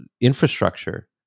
infrastructure